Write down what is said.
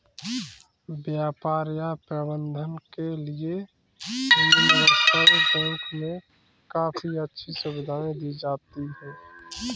व्यापार या प्रबन्धन के लिये यूनिवर्सल बैंक मे काफी अच्छी सुविधायें दी जाती हैं